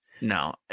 no